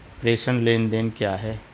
प्रेषण लेनदेन क्या है?